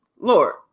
Lord